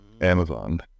Amazon